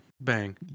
Bang